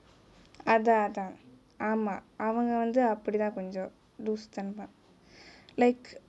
அதா அதா ஆமா அவங்கே வந்து அப்டிதா கொஞ்சோ லூசுத்தனமா:athaa athaa aama avangae vanthu apdithaa konjo loosuthanamaa like